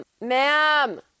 ma'am